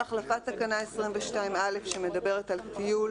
החלפת תקנה 22א מדברת על טיול,